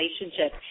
relationship